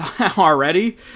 already